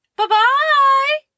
Bye-bye